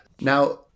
Now